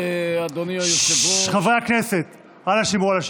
חברי הכנסת, אנא שמרו על השקט.